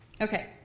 Okay